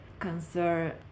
cancer